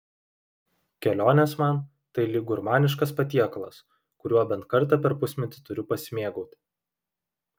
kelionės man tai lyg gurmaniškas patiekalas kuriuo bent kartą per pusmetį turiu pasimėgauti